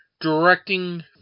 directing